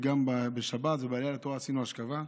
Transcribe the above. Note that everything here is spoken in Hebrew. וגם בשבת ובעלייה לתורה עשינו אשכבה.